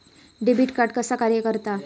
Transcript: Debit card कसा कार्य करता?